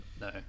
no